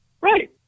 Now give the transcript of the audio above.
Right